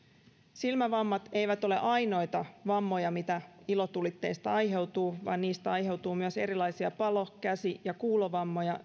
silmävammat eivät ole ainoita vammoja mitä ilotulitteista aiheutuu vaan niistä aiheutuu myös erilaisia palo käsi ja kuulovammoja